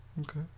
Okay